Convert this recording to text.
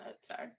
Sorry